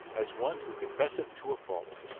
as one who confesseth to a fault.